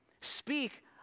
speak